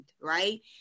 right